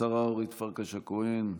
השרה אורית פרקש הכהן,